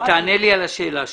תענה לי על השאלה שלי.